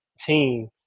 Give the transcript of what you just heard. team